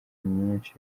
myinshi